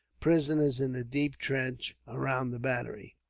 prisoners in the deep trench around the battery.